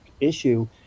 issue